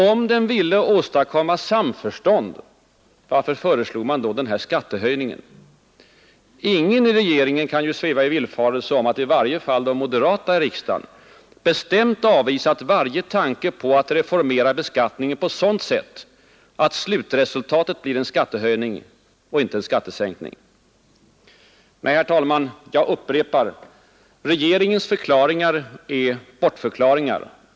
Om man ville åstadkomma samförstånd, varför föreslog man då den här skattehöjningen? Ingen i regeringen kan ju sväva i villfarelse om att i varje fall de moderata i riksdagen bestämt avvisat varje tanke på att reformera beskattningen på sådant sätt, att slutresultatet blir en skattehöjning och inte en skattesänkning. Nej, herr talman, jag upprepar: Regeringens förklaringar är bortförklaringar.